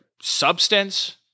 substance